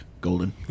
Golden